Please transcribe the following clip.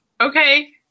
Okay